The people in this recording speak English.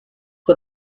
for